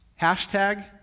Hashtag